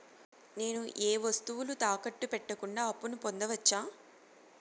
నేను ఏ వస్తువులు తాకట్టు పెట్టకుండా అప్పును పొందవచ్చా?